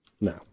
No